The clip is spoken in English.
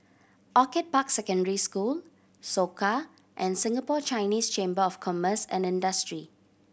Orchid Park Secondary School Soka and Singapore Chinese Chamber of Commerce and Industry